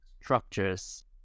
structures